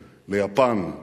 ליפן,